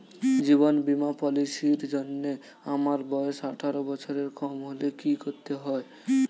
জীবন বীমা পলিসি র জন্যে আমার বয়স আঠারো বছরের কম হলে কি করতে হয়?